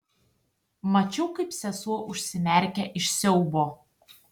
mačiau kaip sesuo užsimerkia iš siaubo